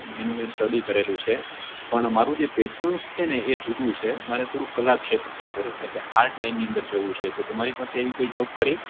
એનું મેં સ્ટડી કરેલું છે પણ મારું જે પ્રેફરન્સ છેને એ જુદું છે મારે થોડુંક કલા ક્ષેત્રની અંદર એટલે કે આર્ટ લાઇનની અંદર જવું છે તો તમારી પાસે એવી કોઈ જોબ ખરી